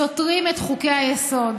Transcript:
סותרים את חוקי-היסוד.